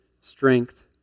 strength